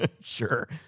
Sure